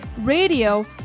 radio